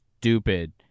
stupid